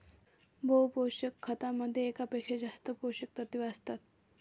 बहु पोषक खतामध्ये एकापेक्षा जास्त पोषकतत्वे असतात